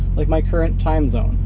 like my current time zone,